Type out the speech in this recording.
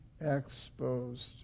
exposed